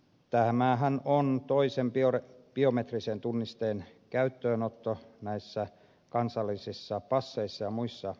tämähän on toisen biometrisen tunnisteen käyttöönotto näissä kansallisissa passeissa ja muissa matkustusasiakirjoissa